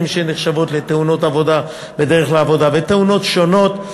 בדרך לעבודה שנחשבות לתאונות עבודה ותאונות שונות,